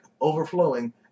overflowing